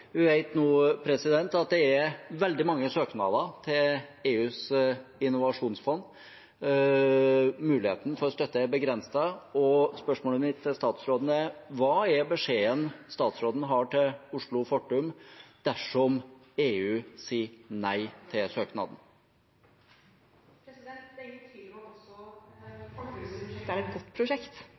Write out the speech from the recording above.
Vi vet nå at det er veldig mange søknader til EUs innovasjonsfond. Muligheten for støtte er begrenset, og spørsmålet mitt til statsråden er: Hva er beskjeden statsråden har til Oslo og Fortum dersom EU sier nei til søknaden? Det er ingen tvil om at også Fortums prosjekt er et godt prosjekt.